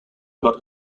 got